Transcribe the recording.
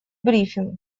брифинг